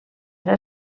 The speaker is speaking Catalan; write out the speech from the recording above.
era